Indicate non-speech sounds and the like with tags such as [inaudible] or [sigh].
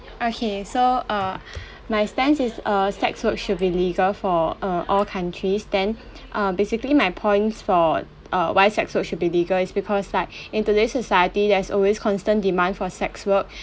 okay so uh [breath] my stance is uh sex work should be legal for uh all countries then uh basically my points for uh why sex work should be legal is because lah [breath] in today society there's always constant demand for sex work [breath]